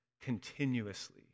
continuously